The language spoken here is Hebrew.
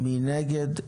מי נגד?